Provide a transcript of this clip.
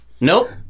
nope